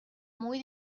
muy